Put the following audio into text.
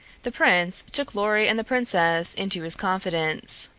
the prince took lorry and the princess into his confidence.